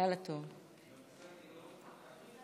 החדש (הוראת שעה)